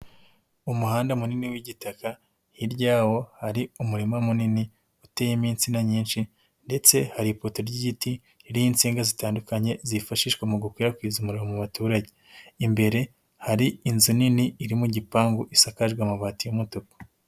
Umuhanda munini w'igitaka hirya yawo hari umurima munini uteyemo insina nyinshi ndetse hari ipota ry'igiti ririho insinga zitandukanye zifashishwa mu gukwirakwiza umuriro mu baturage, imbere hari inzu nini iri mu gipangu isakajwe amabati y'umutuku.